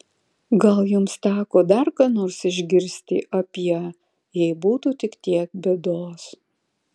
gal jums teko dar ką nors išgirsti apie jei būtų tik tiek bėdos